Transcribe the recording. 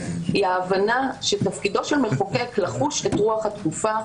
היא ההבנה שתפקידו של מחוקק היא לחוש את רוח התקופה,